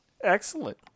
excellent